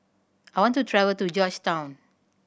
I want to travel to Georgetown